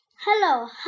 Hello